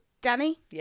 Danny